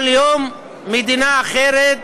כל יום מדינה אחרת,